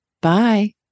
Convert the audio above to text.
Bye